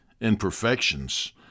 imperfections